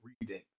reading